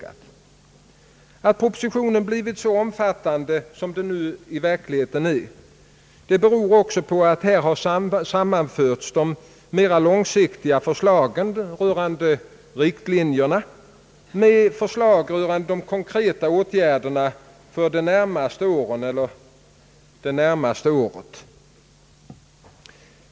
Att propositionen blivit så omfattande som den i verkligheten är beror även på att där har sammanförts de mera långsiktiga förslagen rörande riktlinjerna med förslag till konkreta åtgärder för de närmaste åren, eller det närmaste året.